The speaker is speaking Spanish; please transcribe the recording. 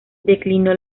declinó